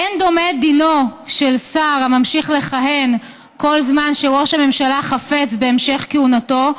אין דומה דינו של שר הממשיך לכהן כל זמן שראש הממשלה חפץ בהמשך כהונתו,